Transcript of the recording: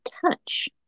touch